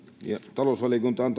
ja talousvaliokunta on